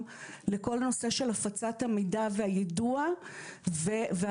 לכל הנושא של הפצת המידע והיידוע והטבלאות.